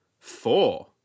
four